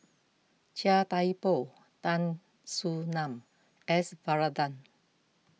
Chia Thye Poh Tan Soo Nan S Varathan